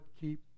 Keep